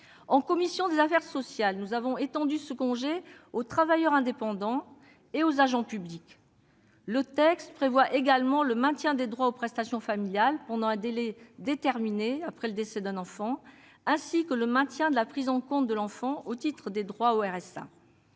En commission des affaires sociales, nous avons étendu ce congé aux travailleurs indépendants et aux agents publics. Le texte prévoit également le maintien des droits aux prestations familiales pendant un délai déterminé après le décès d'un enfant, ainsi que le maintien de la prise en compte de l'enfant au titre des droits au RSA.